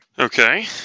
Okay